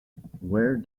where